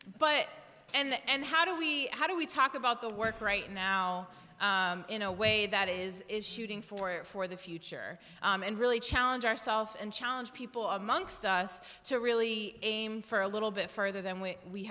but and how do we how do we talk about the work right now in a way that is is shooting for it for the future and really challenge ourselves and challenge people amongst us to really aim for a little bit further than when we